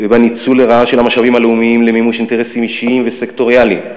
ובניצול לרעה של המשאבים הלאומיים למימוש אינטרסים אישיים וסקטוריאליים,